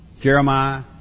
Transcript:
Jeremiah